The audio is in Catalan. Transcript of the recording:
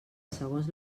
segons